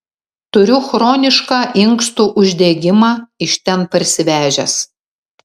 turiu chronišką inkstų uždegimą iš ten parsivežęs